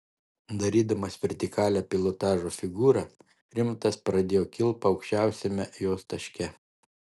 darydamas vertikalią pilotažo figūrą rimantas pradėjo kilpą aukščiausiame jos taške